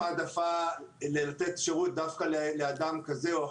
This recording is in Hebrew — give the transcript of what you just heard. העדפה לתת שרות דווקא לאדם כזה או אחר,